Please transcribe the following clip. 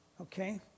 Okay